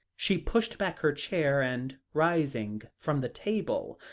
she pushed back her chair and, rising from the table,